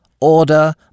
Order